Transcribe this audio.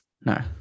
No